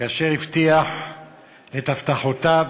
כאשר הבטיח את הבטחותיו,